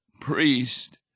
priest